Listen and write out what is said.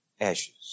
Ashes